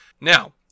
Now